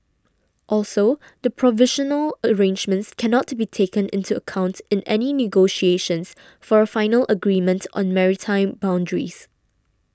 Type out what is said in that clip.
also the provisional arrangements cannot be taken into account in any negotiations for a final agreement on maritime boundaries